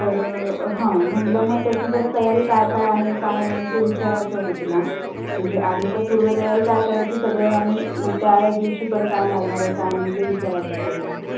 तर हां म्हटलं मग त्याची जरा तयारी काय काय आहे काय नाही ते विचारायचं होतं तुला म्हणजे आधी तर पूर्व तयारी काय करायची सगळं आणि त्या दिवशी पण काय लागणार आहे काय नाही ते विचारायचं होतं जरा